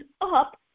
up